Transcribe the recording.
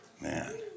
Man